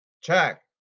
Check